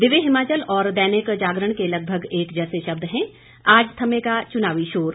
दिव्य हिमाचल और दैनिक जागरण के लगभग एक जैसे शब्द हैं आज थमेगा चुनावी शोर